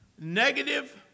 negative